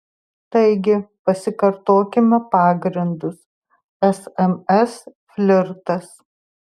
taigi pasikartokime pagrindus sms flirtas